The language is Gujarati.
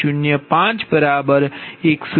15860